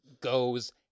goes